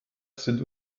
sind